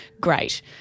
great